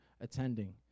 attending